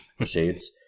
shades